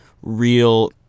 real